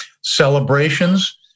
Celebrations